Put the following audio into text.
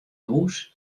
hûs